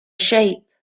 shape